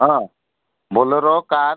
ହଁ Bolero car